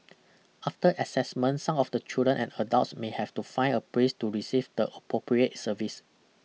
after assessment some of the children and adults may have to find a place to receive the appropriate service